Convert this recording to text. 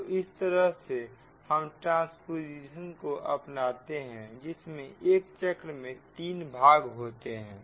तो इस तरह से हम ट्रांस्पोजिशन को अपनाते हैं जिसमें एक चक्र में 3 भाग होते हैं